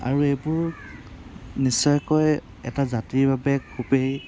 আৰু এইবোৰ নিশ্চয়কৈ এটা জাতিৰ বাবে খুবেই